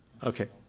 okay.